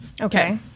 Okay